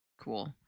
cool